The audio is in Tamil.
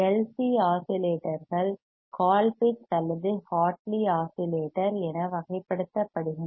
சி ஆஸிலேட்டர்கள் கோல்பிட்ஸ் அல்லது ஹார்ட்லி ஆஸிலேட்டர் என வகைப்படுத்தப்படுகின்றன